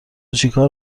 چیکار